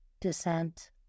descent